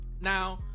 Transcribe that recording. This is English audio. Now